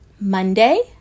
Monday